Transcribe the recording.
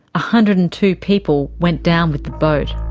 ah hundred and two people went down with the boat.